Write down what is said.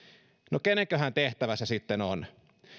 no kenenköhän tehtävä se sitten on